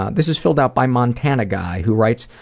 ah this is filled out by montana guy, who writes,